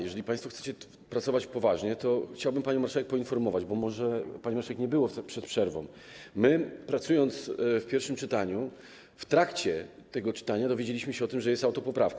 Jeżeli państwo chcecie pracować poważnie, chciałbym panią marszałek poinformować, bo może pani marszałek nie było przed przerwą, że my, pracując podczas pierwszego czytania, w trakcie tego czytania dowiedzieliśmy się o tym, że jest autopoprawka.